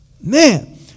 Man